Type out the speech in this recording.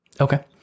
Okay